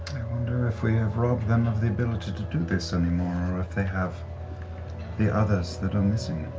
wonder if we have robbed them of the ability to do this anymore, or if they have the others that are missing.